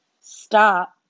stop